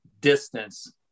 distance